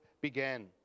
began